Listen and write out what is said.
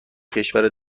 کشور